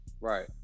Right